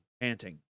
panting